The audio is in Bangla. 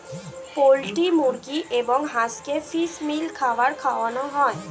পোল্ট্রি মুরগি এবং হাঁসকে ফিশ মিল খাবার খাওয়ানো হয়